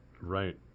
Right